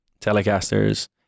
Telecasters